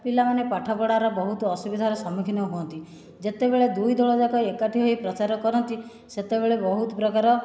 ପିଲାମାନେ ପାଠପଢ଼ାର ବହୁତ ଅସୁବିଧାର ସମ୍ମୁଖୀନ ହୁଅନ୍ତି ଯେତେବେଳେ ଦୁଇଦଳ ଯାକ ଏକାଠି ହୋଇ ପ୍ରଚାର କରନ୍ତି ସେତେବେଳେ ବହୁତ ପ୍ରକାର